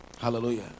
hallelujah